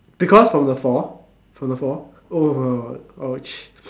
because from the fall from the fall oh !ouch!